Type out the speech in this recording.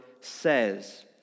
says